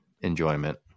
enjoyment